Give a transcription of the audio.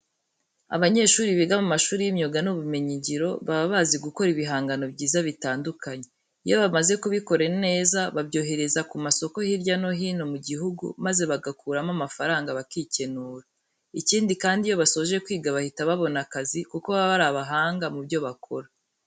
Abanyeshuri biga mu mashuri y'imyuga n'ubumenyingiro, baba bazi gukora ibihangano byiza bitandukanye. Iyo bamaze kubikora neza babyohereza ku masoko hirya no hino mu gihugu, maze bagakuramo amafaranga bakikenura. Ikindi kandi iyo basoje kwiga bahita babona akazi kuko baba ari abahanga mu byo bakora.